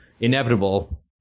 Inevitable